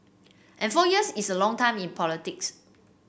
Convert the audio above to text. and four years is a long time in politics